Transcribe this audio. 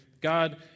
God